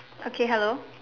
okay hello